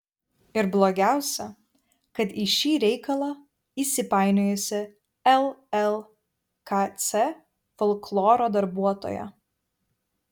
ir blogiausia kad į šį reikalą įsipainiojusi llkc folkloro darbuotoja